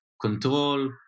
control